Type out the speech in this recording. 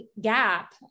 gap